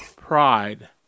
Pride